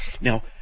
Now